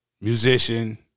musician